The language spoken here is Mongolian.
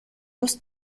тус